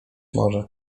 może